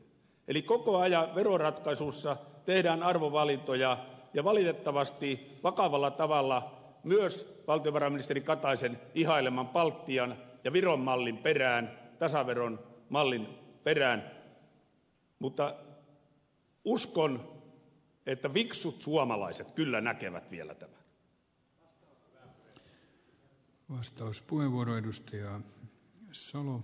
eli koko ajan veroratkaisuissa tehdään arvovalintoja ja valitettavasti vakavalla tavalla myös valtiovarainministeri kataisen ihaileman baltian ja viron mallin perään tasaveron mallin perään mutta uskon että fiksut suomalaiset kyllä näkevät vielä tämän